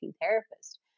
therapist